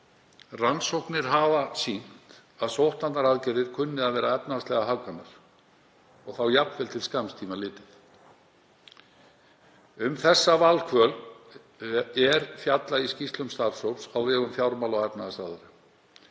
Rannsóknir hafa sýnt að sóttvarnaaðgerðir kunni að vera efnahagslega hagkvæmar og þá jafnvel til skamms tíma litið. Um þessa valkvöl er fjallað í skýrslum starfshóps á vegum fjármála-